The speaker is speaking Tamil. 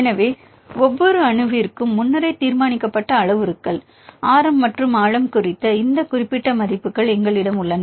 எனவே ஒவ்வொரு அணுவிற்கும் முன்னரே தீர்மானிக்கப்பட்ட அளவுருக்கள் ஆரம் மற்றும் ஆழம் குறித்த இந்த குறிப்பிட்ட மதிப்புகள் எங்களிடம் உள்ளன